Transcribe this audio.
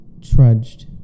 trudged